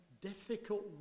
difficult